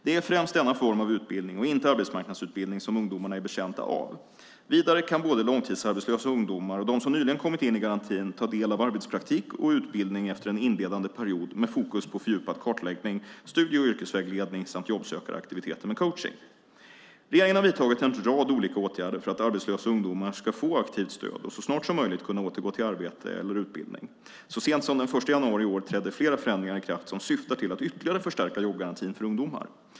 Det är främst denna form av utbildning och inte arbetsmarknadsutbildning som ungdomarna är betjänta av. Vidare kan både långtidsarbetslösa ungdomar och de som nyligen kommit in i garantin ta del av arbetspraktik och utbildning efter en inledande period med fokus på fördjupad kartläggning, studie och yrkesvägledning samt jobbsökaraktiviteter med coachning. Regeringen har vidtagit en rad olika åtgärder för att arbetslösa ungdomar ska få ett aktivt stöd och så snart som möjligt kunna återgå till arbete eller utbildning. Så sent som den 1 januari i år trädde flera förändringar i kraft som syftar till att ytterligare förstärka jobbgarantin för ungdomar.